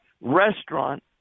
restaurant